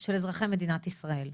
של אזרחי מדינת ישראל.